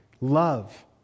love